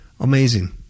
Amazing